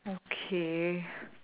okay